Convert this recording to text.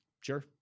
sure